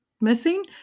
missing